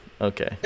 okay